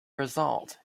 result